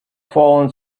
fallen